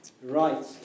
Right